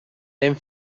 lehen